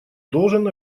должен